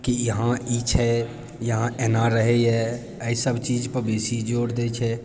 कि इहाँ ई छै इहाँ एना रहै अय सभ चीजपर बेसी जोर दै छै